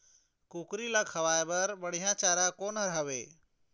कुकरी ला खवाए बर बढीया चारा कोन हर हावे?